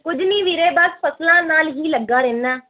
ਕੁਝ ਨਹੀਂ ਵੀਰੇ ਬਸ ਫਸਲਾਂ ਨਾਲ ਹੀ ਲੱਗਾ ਰਹਿੰਦਾ